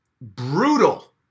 brutal